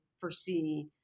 foresee